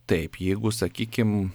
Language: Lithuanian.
taip jeigu sakykim